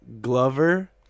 Glover